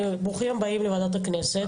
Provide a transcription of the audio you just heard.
ברוכים הבאים לוועדת הכנסת.